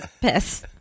Piss